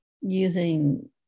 using